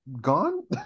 gone